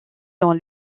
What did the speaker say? dans